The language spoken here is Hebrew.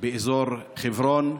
באזור חברון.